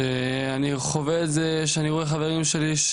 שאני חווה את זה כשאני רואה חברים שלי,